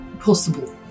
possible